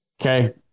Okay